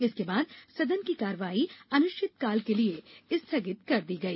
इसके बाद सदन की कार्यवाही अनिश्चितकाल के लिए स्थगित कर दी गई